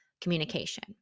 communication